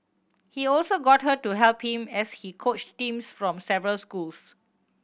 he also got her to help him as he coached teams from several schools